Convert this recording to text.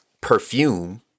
perfume